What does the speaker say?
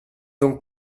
donc